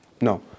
no